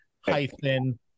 hyphen